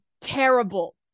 terrible